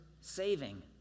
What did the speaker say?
saving